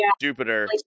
jupiter